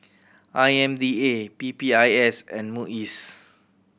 I M D A P P I S and MUIS